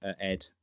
Ed